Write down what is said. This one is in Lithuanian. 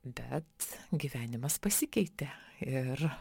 bet gyvenimas pasikeitė ir